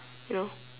you know